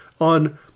on